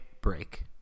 break